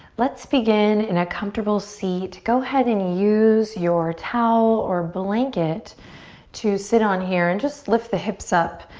let's begin in a comfortable seat. go ahead and use your towel or blanket to sit on here and just lift the hips up.